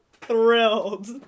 thrilled